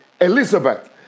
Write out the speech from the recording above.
Elizabeth